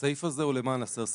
הסעיף הזה הוא למען הסר ספק.